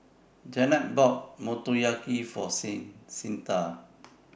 Jannette bought Motoyaki For Cyntha